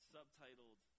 Subtitled